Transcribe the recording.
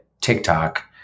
TikTok